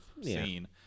scene